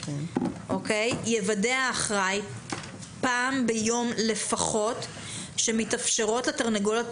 יוודא האחראי פעם ביום לפחות שמתאפשרת לתרנגולות